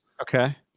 Okay